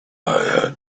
had